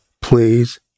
please